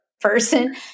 person